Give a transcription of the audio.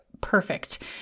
perfect